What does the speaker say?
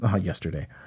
Yesterday